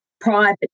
private